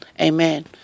Amen